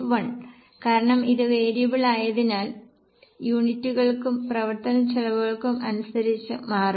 1 കാരണം ഇത് വേരിയബിൾ ആയതിനാൽ ഇത് യൂണിറ്റുകൾക്കും പ്രവർത്തന ചെലവുകൾക്കും അനുസരിച്ച് മാറും